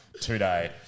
Today